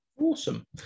Awesome